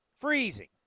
Freezing